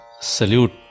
salute